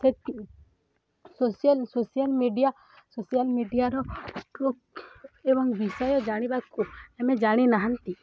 ସେଠି social social media social ମିଡ଼ିଆର ଏବଂ ବିଷୟ ଜାଣିବାକୁ ଆମେ ଜାଣିନାହାନ୍ତି